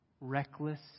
reckless